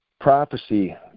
prophecy